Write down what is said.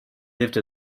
live